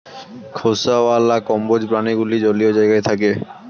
খোসাওয়ালা কম্বোজ প্রাণীগুলো জলীয় জায়গায় থাকে